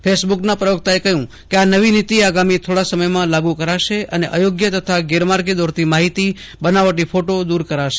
ફેસબુકના પ્રવક્તાએ કહ્યું કે આ નવી નીતિ આગામી થોડા સમયમાં લાગુ કરાશે અને અયોગ્ય તથા ગેરમાર્ગે દોરતી માહિતી બનાવટી ફોટો દૂર કરાશે